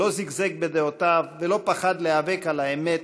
שלא זיגזג בדעותיו ולא פחד להיאבק על האמת